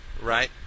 Right